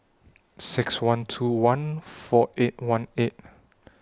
six one two one four eight one eight